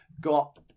got